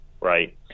Right